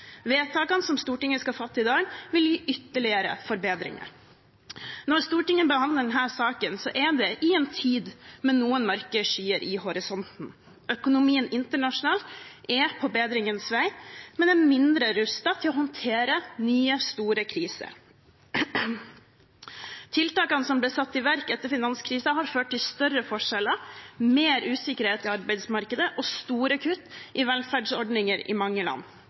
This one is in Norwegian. Vedtakene som Stortinget skal fatte i dag, vil gi ytterligere forbedringer. Når Stortinget behandler denne saken, er det i en tid med noen mørke skyer i horisonten. Økonomien internasjonalt er på bedringens vei, men er mindre rustet til å håndtere nye store kriser. Tiltakene som ble satt i verk etter finanskrisen, har ført til større forskjeller, mer usikkerhet i arbeidsmarkedet og store kutt i velferdsordninger i mange land.